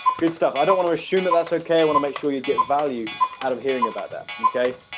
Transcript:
good stuff. i don't want to assume that that's okay i want to make sure you get value out of hearing about that okay,